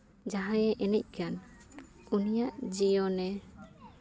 ᱡᱟᱦᱟᱸᱭᱮ ᱮᱱᱮᱡ ᱠᱟᱱ ᱩᱱᱤᱭᱟᱜ ᱡᱤᱭᱚᱱᱮ